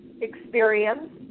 experience